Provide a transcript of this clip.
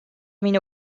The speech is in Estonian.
minu